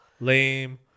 lame